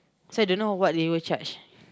so I don't know what they will charge